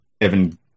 Evan